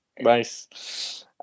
Nice